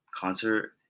concert